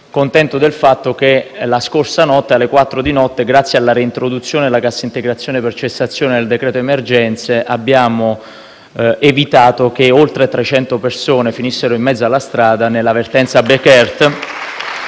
contento del fatto che alle quattro della scorsa notte grazie alla reintroduzione della cassa integrazione per cessazione del cosiddetto decreto emergenze, abbiamo evitato che oltre 300 persone finissero in mezzo alla strada nella vertenza Bekaert.